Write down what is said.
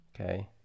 Okay